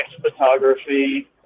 photography